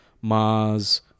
mars